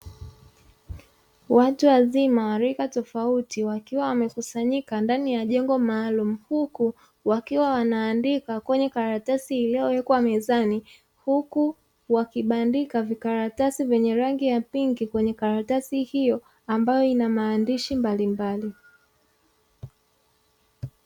Watu wazima rika tofauti wakiwa wamekusanyika ndani ya jengo maalumu, huku wakiwa wanaandika kwenye karatasi iliyowekwa mezani; huku wakibandika vikaratasi vyenye rangi ya pinki kwenye karatasi hiyo ambayo ina maandishi mbalimbali.